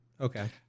Okay